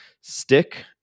stick